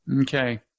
Okay